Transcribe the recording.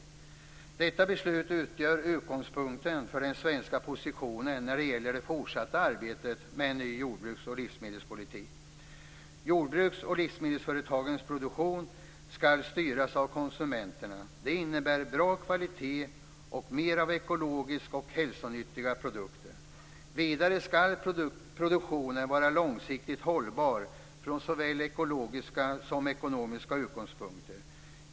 Detta beslut utgör utgångspunkt för den svenska positionen när det gäller det fortsatta arbetet med en ny jordbruks och livsmedelspolitik. Jordbruks och livsmedelsföretagens produktion skall styras av konsumenterna. Det innebär bra kvalitet och mer av ekologiska och hälsonyttiga produkter. Vidare skall produktionen vara långsiktigt hållbar från såväl ekologiska som ekonomiska utgångspunkter.